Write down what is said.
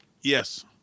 Yes